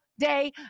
Day